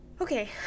Okay